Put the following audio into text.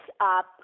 up